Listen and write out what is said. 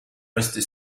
restée